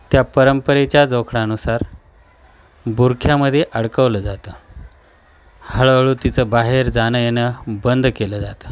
त्या परंपरेच्या जोखडानुसार बुरख्यामध्ये अडकवलं जातं हळूहळू तिचं बाहेर जाणं येणं बंद केलं जातं